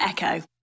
Echo